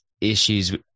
issues